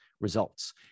results